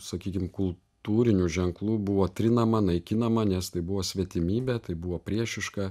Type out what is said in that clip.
sakykim kul tūrinių ženklų buvo trinama naikinama nes tai buvo svetimybė tai buvo priešiška